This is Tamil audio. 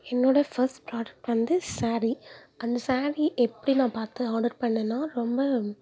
என்னோடய ஃபஸ்ட் ப்ரோடக்ட் வந்து சேரி அந்த சேரி எப்படி நான் பார்த்து ஆர்டர் பண்ணேன்னா ரொம்ப